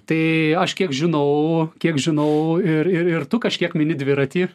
tai aš kiek žinau kiek žinau ir ir tu kažkiek mini dviratį